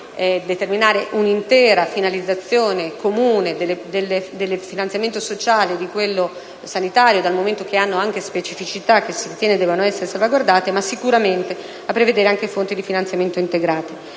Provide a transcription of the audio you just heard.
non determinare un'intera finalizzazione comune del finanziamento sociale e di quello sanitario, dal momento che hanno specificità che si ritiene debbano essere salvaguardate, ma sicuramente prevedendo anche fonti di finanziamento integrato.